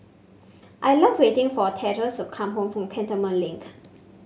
I love waiting for Theodis to come home from Cantonment Lint